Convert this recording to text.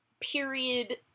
period